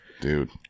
dude